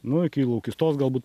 nu iki laukystos galbūt